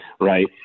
right